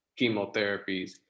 chemotherapies